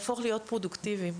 ללהיות פרודוקטיביים,